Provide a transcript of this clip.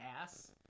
ass